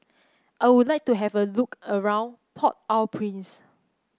I would like to have a look around Port Au Prince